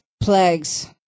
plagues